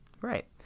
right